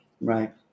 Right